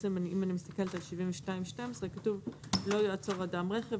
אם אני מסתכלת על 72(12) כתוב ש"לא יעצור אדם רכב,